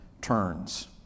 turns